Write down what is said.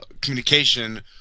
communication